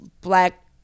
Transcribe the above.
black